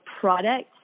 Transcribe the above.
product